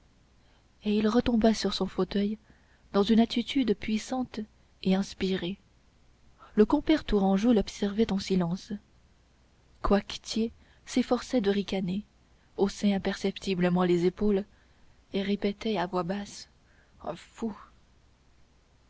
et il retomba sur son fauteuil dans une attitude puissante et inspirée le compère tourangeau l'observait en silence coictier s'efforçait de ricaner haussait imperceptiblement les épaules et répétait à voix basse un fou